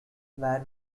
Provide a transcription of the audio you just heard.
were